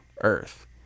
earth